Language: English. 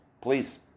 Please